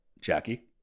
Jackie